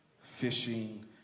Fishing